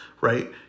right